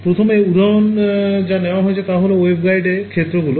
প্রথম উদাহরণ যা নেওয়া হয়েছে তা হল waveguideএ ক্ষেত্রগুলো